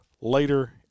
later